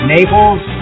Naples